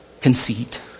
conceit